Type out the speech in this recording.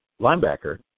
linebacker